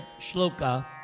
shloka